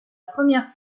première